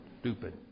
Stupid